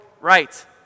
right